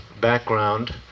background